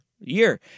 year